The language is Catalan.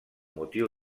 motiu